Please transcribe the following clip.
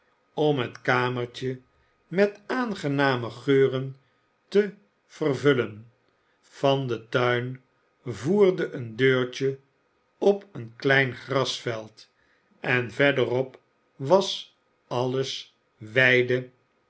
om het kamertje met aangename geuren te vervullen van den tuin voerde een deurtje op een klein grasveld en verderop was alles weide